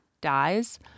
dies